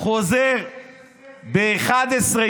חוזר ב-11:00,